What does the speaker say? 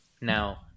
Now